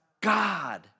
God